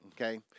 okay